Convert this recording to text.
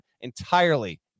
entirely